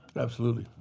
absolutely.